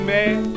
Man